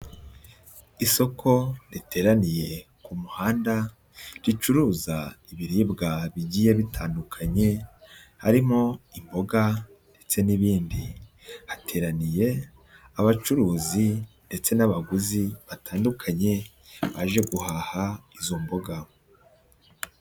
Isoko riteraniye ku muhanda ricuruza ibiribwa bigiye bitandukanye harimo imboga ndetse n'ibindi, hateraniye abacuruzi ndetse n'abaguzi batandukanye baje guhaha izo mboga.